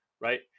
right